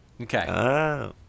Okay